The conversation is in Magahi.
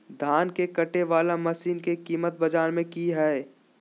धान के कटे बाला मसीन के कीमत बाजार में की हाय?